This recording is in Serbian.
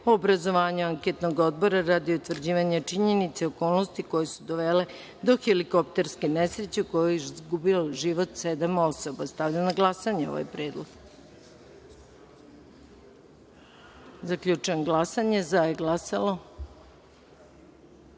obrazovanju anketnog odbora radi utvrđivanja činjenica i okolnosti koje su dovele do helikopterske nesreće u kojoj je život izgubilo sedam osoba. Stavljam na glasanje predlog. Zaključujem glasanje: za – 13,